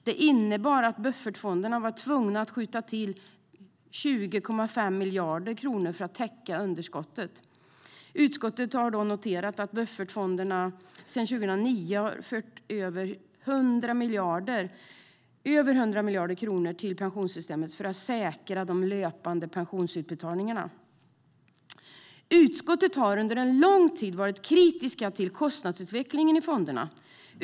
Det innebar att buffertfonderna var tvungna att skjuta till 20,5 miljarder kronor för att täcka underskottet. Utskottet har noterat att buffertfonderna sedan 2009 har fört över mer än 100 miljarder till pensionssystemet för att säkra de löpande pensionsutbetalningarna. Utskottet har under lång tid varit kritiskt till kostnadsutvecklingen i fonderna.